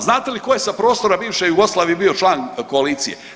Znate li tko je sa prostora bivše Jugoslavije bio član koalicije?